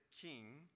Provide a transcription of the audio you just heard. king